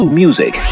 music